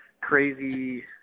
crazy